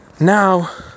Now